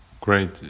Great